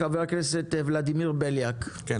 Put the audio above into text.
חבר הכנסת ולדימיר בליאק, בבקשה.